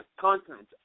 content